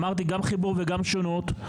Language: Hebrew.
אמרתי גם חיבור וגם שונות.